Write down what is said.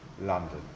London